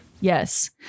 yes